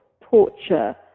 torture